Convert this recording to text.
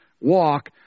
walk